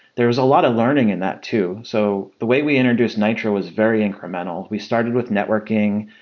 there was a lot of learning in that too. so the way we introduced nitro is very incremental. we started with networking,